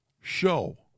show